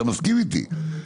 אתה מסכים איתי?